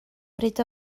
bryd